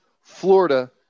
Florida